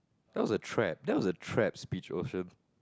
that was a trap that was a trap speech ocean